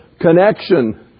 Connection